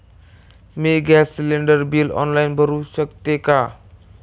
मी gas cylinder bill online भरु शकते का?